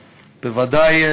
בוודאי,